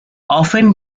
often